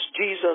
Jesus